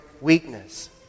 weakness